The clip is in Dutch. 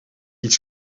iets